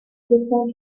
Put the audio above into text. descent